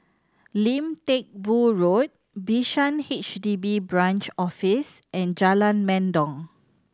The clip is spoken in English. Lim Teck Boo Road Bishan H D B Branch Office and Jalan Mendong